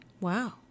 Wow